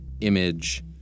image